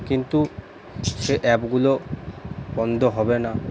কিন্তু সে অ্যাপগুলো বন্ধ হবে না